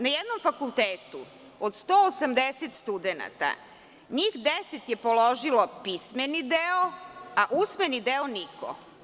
Na jednom fakultetu od 180 studenata, njih 10 je položilo pismeni deo, a usmeni deo niko.